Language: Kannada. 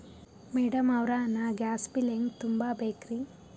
ಮೆಡಂ ಅವ್ರ, ನಾ ಗ್ಯಾಸ್ ಬಿಲ್ ಹೆಂಗ ತುಂಬಾ ಬೇಕ್ರಿ?